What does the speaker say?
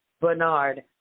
Bernard